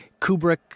Kubrick